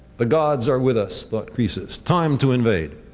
the gods are with us, thought croesus. time to invade.